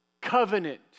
covenant